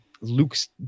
Luke's